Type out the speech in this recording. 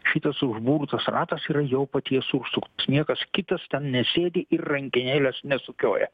šitas užburtas ratas yra jau paties užsuktas niekas kitas ten nesėdi ir rankenėlės nesukioja